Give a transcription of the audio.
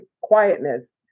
quietness